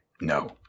no